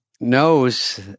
knows